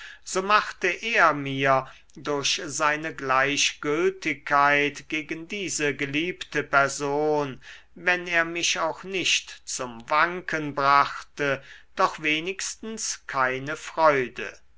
so machte er mir durch seine gleichgültigkeit gegen diese geliebte person wenn er mich auch nicht zum wanken brachte doch wenigstens keine freude